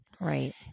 Right